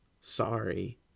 Sorry